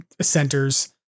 centers